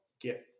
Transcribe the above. get